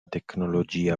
tecnologia